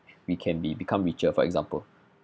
we can be become richer for example